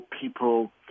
people